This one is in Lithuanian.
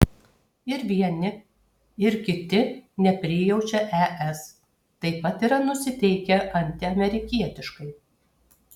ir vieni ir kiti neprijaučia es taip pat yra nusiteikę antiamerikietiškai